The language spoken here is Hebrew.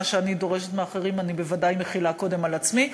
מה שאני דורשת מאחרים אני בוודאי מחילה קודם על עצמי.